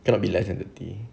cannot be less than thirty